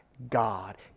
God